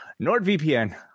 NordVPN